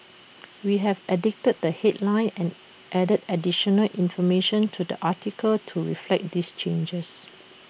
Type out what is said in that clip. we have edited the headline and added additional information to the article to reflect these changes